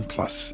Plus